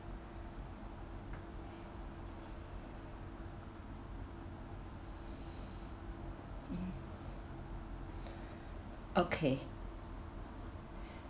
okay